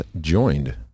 joined